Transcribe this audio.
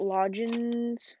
Logins